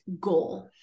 goal